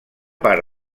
part